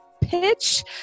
pitch